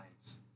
lives